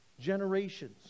generations